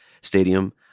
Stadium